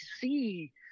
see